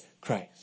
Christ